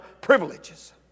privileges